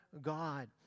God